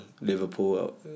Liverpool